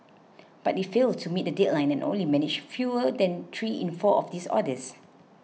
but it failed to meet the deadline and only managed fewer than three in four of these orders